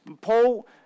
Paul